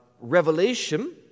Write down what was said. revelation